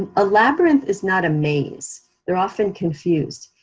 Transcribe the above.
and a labyrinth is not a maze. they're often confused.